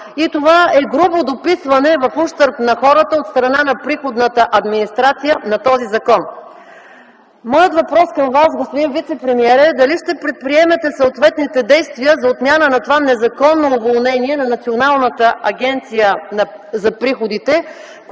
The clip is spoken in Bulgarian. и това е грубо дописване на закона в ущърб на хората от страна на приходната администрация. Моят въпрос към Вас, господин вицепремиер, е дали ще предприемете съответните действия за отмяна на това незаконно поведение на Националната агенция за приходите,